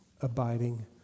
abiding